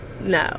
No